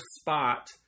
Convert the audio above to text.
spot